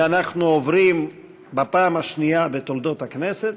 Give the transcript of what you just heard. ואנחנו עוברים, בפעם השנייה בתולדות הכנסת,